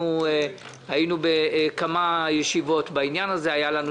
היינו בכמה ישיבות בעניין הזה: הייתה לנו